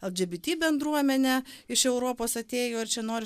lgbt bendruomenė iš europos atėjo ar čia nori